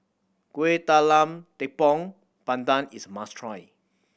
Kueh Talam Tepong Pandan is must try